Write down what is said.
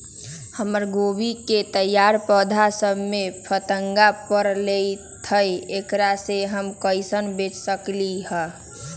हमर गोभी के तैयार पौधा सब में फतंगा पकड़ लेई थई एकरा से हम कईसे बच सकली है?